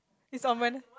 it's on when